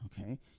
Okay